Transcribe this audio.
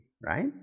Right